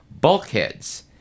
Bulkheads